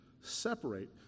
separate